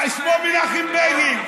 שמו מנחם בגין.